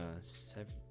seven